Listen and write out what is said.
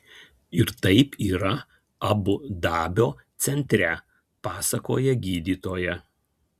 ir taip yra abu dabio centre pasakoja gydytoja